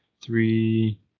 Three